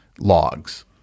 logs